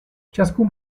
ciascun